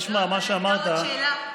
והייתה עוד שאלה,